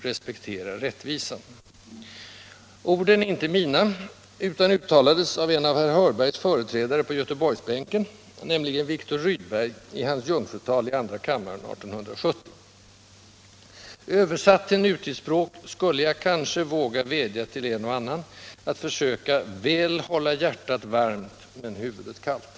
Respektera rättvisan!” Orden är inte mina, utan uttalades av en av herr Hörbergs företrädare på Göteborgsbänken, nämligen Viktor Rydberg, i hans jungfrutal i andra kammaren 1870. Översatt till nutidsspråk skulle jag kanske våga vädja till en och annan att försöka väl hålla hjärtat varmt, men huvudet kallt.